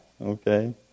Okay